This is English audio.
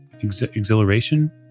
exhilaration